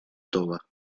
toba